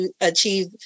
achieve